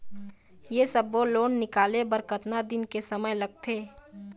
ये सब्बो लोन निकाले बर कतका दिन के समय लगथे?